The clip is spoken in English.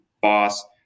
boss